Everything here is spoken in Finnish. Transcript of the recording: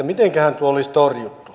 mitenkähän tuo olisi torjuttu